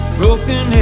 broken